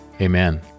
Amen